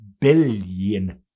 billion